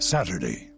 Saturday